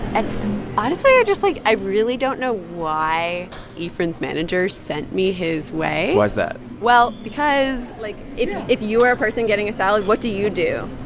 and honestly, i just, like i really don't know why efren's manager sent me his way why's that? well, because. like, if if you are a person getting a salad, what do you do?